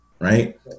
right